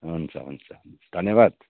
हुन्छ हुन्छ धन्यवाद